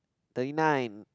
thirty nine